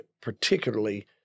particularly